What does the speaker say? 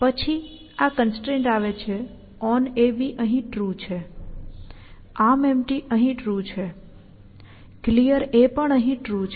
પછી આ કન્જેક્ટ આવે છે onAB અહીં ટ્રુ છે ArmEmpty અહીં ટ્રુ છે Clear પણ અહીં ટ્રુ છે